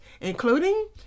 including